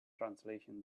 translation